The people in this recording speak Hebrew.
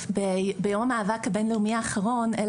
ביום המאבק הבין לאומי האחרון,